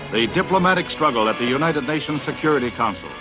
a diplomatic struggle at the united nations security council.